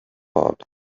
heart